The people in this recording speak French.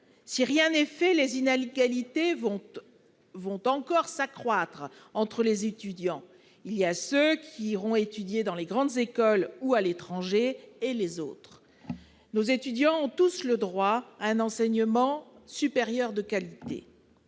Si rien n'est fait, les inégalités vont encore s'accroître entre les étudiants : il y a ceux qui iront étudier dans les grandes écoles ou à l'étranger et les autres. Nos étudiants ont pourtant tous droit à un enseignement supérieur de qualité.